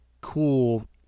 cool